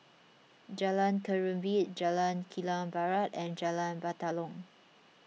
Jalan Ketumbit Jalan Kilang Barat and Jalan Batalong